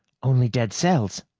only dead cells!